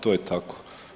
To je tako.